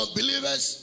believers